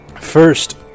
first